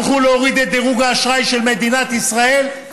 הלכו להוריד את דירוג האשראי של מדינת ישראל,